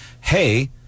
hey